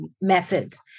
methods